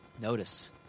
Notice